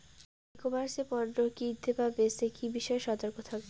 ই commerce এ পণ্য কিনতে বা বেচতে কি বিষয়ে সতর্ক থাকব?